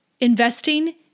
investing